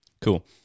Cool